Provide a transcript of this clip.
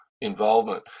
involvement